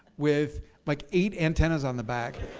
with like eight antennas on the back.